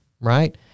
right